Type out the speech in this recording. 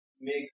make